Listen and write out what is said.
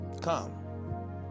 Come